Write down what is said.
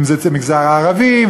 אם זה המגזר הערבי,